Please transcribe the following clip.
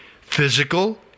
physical